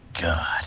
God